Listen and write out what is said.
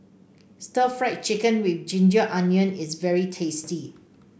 Stir Fried Chicken with ginger onion is very tasty